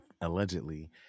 allegedly